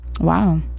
Wow